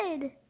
Good